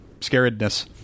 scaredness